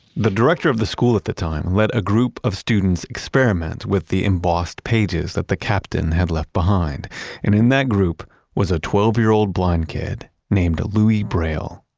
the director of the school at the time let a group of students experiment with the embossed pages that the captain had left behind. and in that group was a twelve year old blind kid named louis braille.